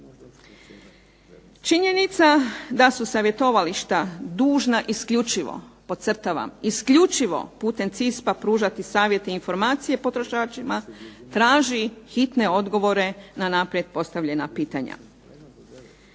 Činjenica da su savjetovališta dužna isključivo, podcrtavam, isključivo putem CISP-a pružati savjete i informacije potrošačima traži hitne odgovore na naprijed postavljena pitanja.